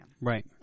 Right